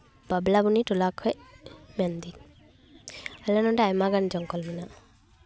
ᱵᱟᱵᱞᱟᱵᱚᱱᱤ ᱴᱚᱞᱟ ᱠᱷᱚᱡ ᱢᱮᱱᱫᱤᱧ ᱟᱞᱮ ᱱᱚᱰᱮ ᱟᱭᱢᱟᱜᱟᱱ ᱡᱚᱝᱜᱚᱞ ᱢᱮᱱᱟᱜᱼᱟ